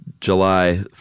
July